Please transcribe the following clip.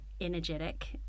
energetic